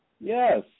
Yes